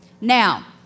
Now